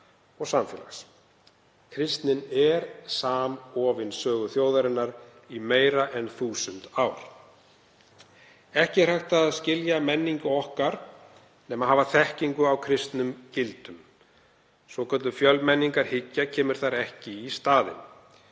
og samfélags. Kristni er samofin sögu þjóðarinnar í meira en þúsund ár. Ekki er hægt að skilja menningu okkar nema að hafa þekkingu á kristnum gildum, svokölluð fjölmenningarhyggja kemur þar ekki í staðinn.